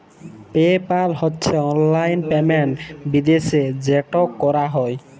pay পাল হছে অললাইল payment বিদ্যাশে যেট ক্যরা হ্যয়